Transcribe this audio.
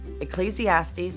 Ecclesiastes